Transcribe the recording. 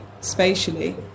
spatially